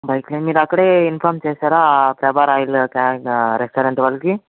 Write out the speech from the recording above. bike మీరక్కడే inform చేశారా Prabha Rayalu restaurant వాళ్ళకి